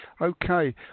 Okay